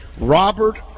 Robert